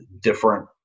different